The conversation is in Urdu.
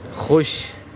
خوش